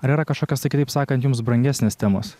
ar yra kažkokios tai kitaip sakant jums brangesnis temos